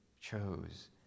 chose